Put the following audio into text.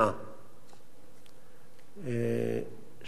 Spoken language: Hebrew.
שהיא נחלתם של רבים.